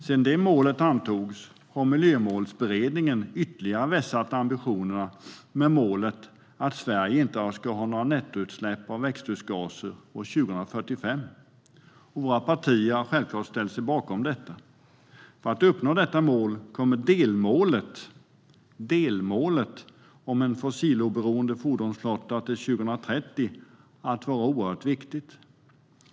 Sedan det målet antogs har Miljömålsberedningen ytterligare vässat ambitionerna med målet att Sverige inte ska ha några nettoutsläpp av växthusgaser år 2045, och våra partier har självklart ställt sig bakom detta. För att uppnå detta mål kommer delmålet om en fossiloberoende fordonsflotta till 2030 att vara oerhört viktigt.